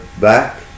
back